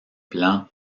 plans